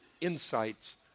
insights